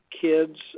kids